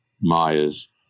Myers